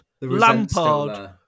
Lampard